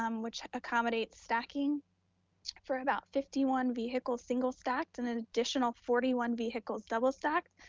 um which accommodates stacking for about fifty one vehicles, single stacked, and an additional forty one vehicles double stacked,